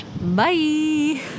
Bye